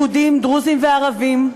יהודים, דרוזים וערבים,